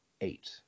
eight